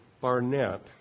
Barnett